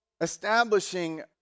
establishing